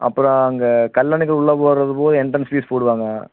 அப்புறம் அங்கே கல்லணைக்கு உள்ளே போகிறதுக்கும் என்ட்ரன்ஸ் ஃபீஸ் போடுவாங்க